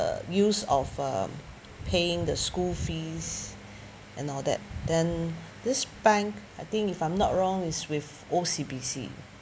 the use of uh paying the school fees and all that then this bank I think if I'm not wrong is with O_C_B_C